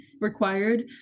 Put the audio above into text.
required